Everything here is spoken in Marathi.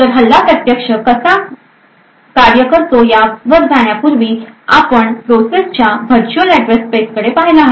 तर हल्ला प्रत्यक्षात कसा कार्य करतो यावर जाण्यापूर्वी आपण प्रोसेस च्या व्हर्च्युअल अॅड्रेस स्पेसकडे पाहायला हवे